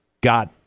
got